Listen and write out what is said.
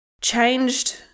changed